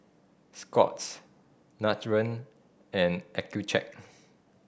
Scott's Nutren and Accucheck